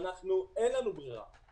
ואין לנו ברירה.